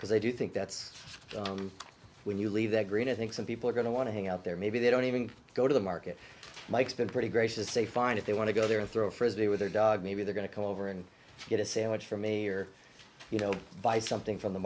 because i do think that's when you leave that green i think some people are going to want to hang out there maybe they don't even go to the market mike's been pretty gracious a find if they want to go there and throw a frisbee with their dog maybe they're going to come over and get a sandwich from me or you know buy something from the